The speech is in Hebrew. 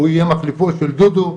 הוא יהיה מחליפו של דודו,